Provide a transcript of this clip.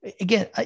again